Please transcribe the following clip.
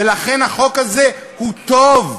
ולכן החוק הזה הוא טוב,